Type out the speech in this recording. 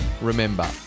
remember